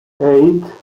eight